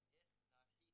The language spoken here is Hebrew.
הראשונה היא לגיל